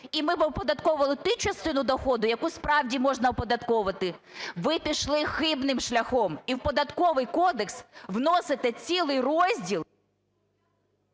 і ми би оподатковували ту частину доходу, яку справді можна оподатковувати. Ви пішли хибним шляхом і в Податковий кодекс вносите цілий розділ…